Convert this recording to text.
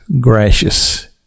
gracious